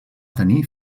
tenir